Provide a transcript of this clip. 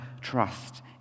trust